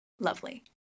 lovely